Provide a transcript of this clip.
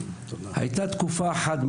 הייתה תקופה אחת,